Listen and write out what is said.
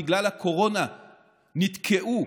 ובגלל הקורונה נתקעו,